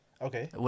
Okay